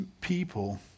people